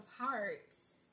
hearts